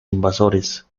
invasores